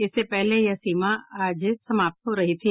इससे पहले यह सीमा आज समाप्त हो रही थी